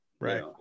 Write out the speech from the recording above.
right